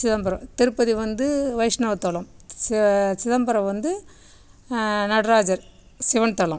சிதம்பரம் திருப்பதி வந்து வைஷ்ணவத் தலம் செ சிதம்பரம் வந்து நடராஜர் சிவன் தலம்